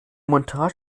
montage